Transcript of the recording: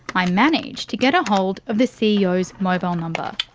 i manage to get a hold of the ceo's mobile number.